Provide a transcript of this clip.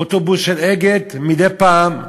אוטובוס של "אגד" מדי פעם,